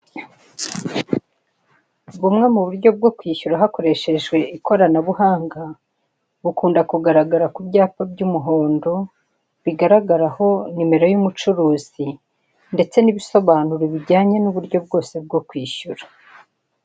Bumwe mu buryo bwo kwishyura hakoresheje ikoranabuhanga, bukunda kugaragara ku byapa by'umuhondo bigaragaraho nimero y'umucuruzi ndetse n'ibisobanuro bujyanye y'uburyo bwose bwo kwishyura.